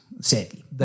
Sadly